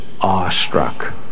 awestruck